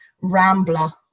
rambler